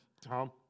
Tom